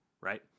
right